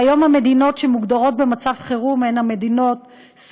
והיום המדינות שמוגדרות במצב חירום הן סוריה,